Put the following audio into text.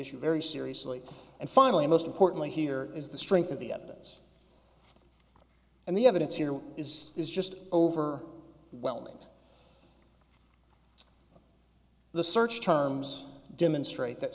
issue very seriously and finally most importantly here is the strength of the evidence and the evidence here is is just over whelming the search terms demonstrate that